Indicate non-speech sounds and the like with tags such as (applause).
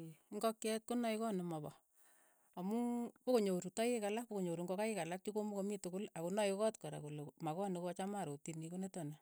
(hesitation) ingokchiet konae koot ne mapa, amu pikonyoru taek alak, pi konyoru ingokaik alak chokomokomii tukul akonae kot kora kole makoot nokocham arotchini konitoni,